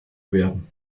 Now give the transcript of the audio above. werden